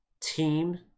team